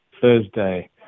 Thursday